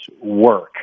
work